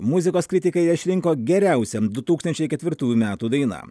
muzikos kritikai išrinko geriausią du tūkstančiai ketvirtųjų metų daina